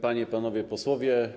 Panie i Panowie Posłowie!